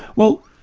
well,